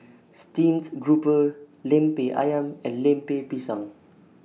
Steamed Grouper Lemper Ayam and Lemper Pisang